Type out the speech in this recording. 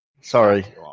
Sorry